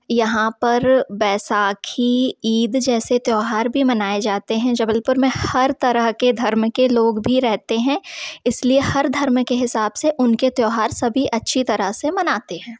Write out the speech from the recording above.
यहाँ पर बैसाखी ईद जैसे त्यौहार भी मनाए जाते हैं जबलपुर में हर तरह के धर्म के लोग भी रहते हैं इस लिए हर धर्म के हिसाब से उनके त्यौहार सभी अच्छी तरह से मनाते हैं